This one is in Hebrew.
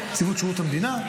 נציבות שירות המדינה?